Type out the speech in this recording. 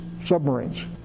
submarines